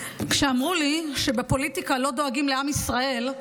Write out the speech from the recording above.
כשאמרו לי שבפוליטיקה לא דואגים לעם ישראל,